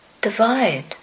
divide